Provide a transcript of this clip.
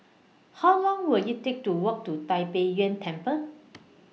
How Long Will IT Take to Walk to Tai Pei Yuen Temple